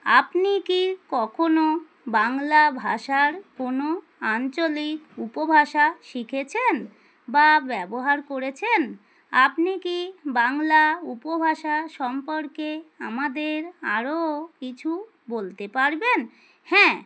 আপনি কি কখনও বাংলা ভাষার কোনো আঞ্চলিক উপভাষা শিখেছেন বা ব্যবহার করেছেন আপনি কি বাংলা উপভাষা সম্পর্কে আমাদের আরও কিছু বলতে পারবেন হ্যাঁ